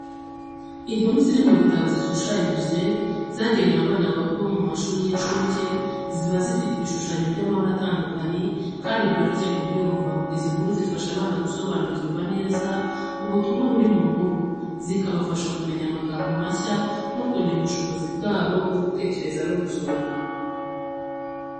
Inkuru ziri mu bitabo zishushanyije zigenewe abana bo mu mashuri y'incuke, ziba zifite ibishushanyo by'amabara atandukanye, kandi byoroshye kubyumva. Izi nkuru zifasha abana gusobanukirwa neza ubutumwa buri mu nkuru, zikabafasha kumenya amagambo mashya no kongera ubushobozi bwabo bwo gutekereza no gusoma.